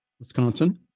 Wisconsin